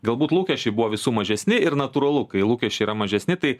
galbūt lūkesčiai buvo visų mažesni ir natūralu kai lūkesčiai yra mažesni tai